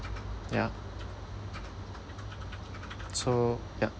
ya so ya